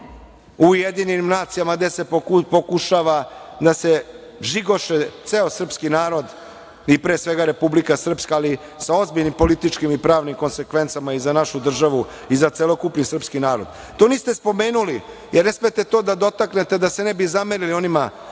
Rezolucije u UN gde pokušava da se žigoše ceo srpski narod i pre svega Republika Srpska, ali sa ozbiljnim političkim i pravnim konsekvencama za našu državu i za celokupni srpski narod. To niste spomenuli, jer ne smete to da dotaknete da se ne bi zamerili onima kojima